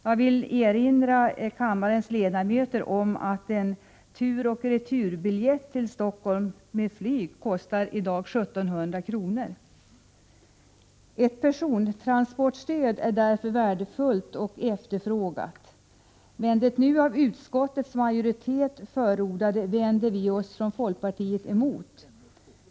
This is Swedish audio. Jag vill erinra kammarens ledamöter om att en tur och retur-biljett till Stockholm med flyg i dag kostar 1 700 kr. Ett persontransportstöd är därför värdefullt och efterfrågat. Men det nu av utskottets majoritet förordade stödet vänder vi oss från folkpartiet emot.